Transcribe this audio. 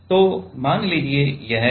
तो मान लीजिए कि यह ऑक्साइड है